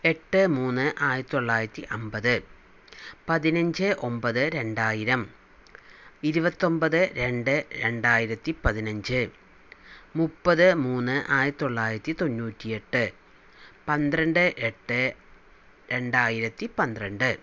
എട്ട് മൂന്ന് ആയിരത്തി തൊള്ളായിരത്തി അൻപത് പതിനഞ്ച് ഒമ്പത് രണ്ടായിരം ഇരുപത്തൊൻപത്ത് രണ്ട് രണ്ടായിരത്തി പതിനഞ്ച് മുപത് മൂന്ന് ആയിരത്തി തൊള്ളായിരത്തി തൊണ്ണൂറ്റി എട്ട് പന്ത്രണ്ട് എട്ട് രണ്ടായിരത്തി പന്ത്രണ്ട്